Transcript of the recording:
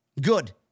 Good